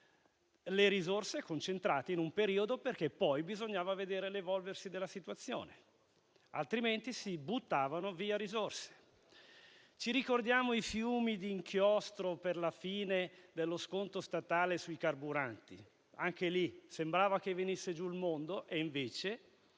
sono state concentrate in un periodo perché poi bisognava vedere l'evolversi della situazione, altrimenti si sarebbero buttate via risorse. Ricordiamo i fiumi d'inchiostro per la fine dello sconto statale sui carburanti: anche in quel caso sembrava che venisse giù il mondo, e invece